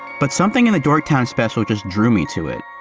but something in a dorktown special just drew me to it.